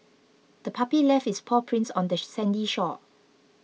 the puppy left its paw prints on the sandy shore